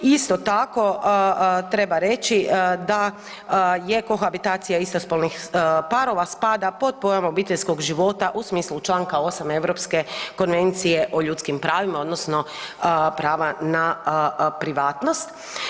Isto tako treba reći da je kohabitacija istospolnih parova spada pod pojam obiteljskog života u smislu Članka 8. Europske konvencije o ljudskim pravima odnosno prava na privatnost.